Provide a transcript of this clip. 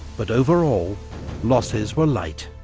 but overall losses were light.